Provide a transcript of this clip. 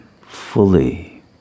fully